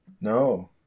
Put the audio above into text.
No